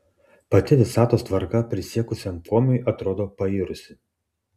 pati visatos tvarka prisiekusiam komiui atrodo pairusi